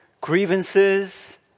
grievances